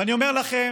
ואני אומר לכם,